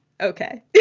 Okay